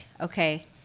okay